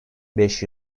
beş